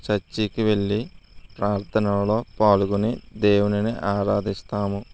చర్చికి వెళ్ళి ప్రార్థనలో పాల్గొని దేవునిని ఆరాధిస్తాము